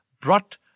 brought